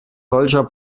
solcher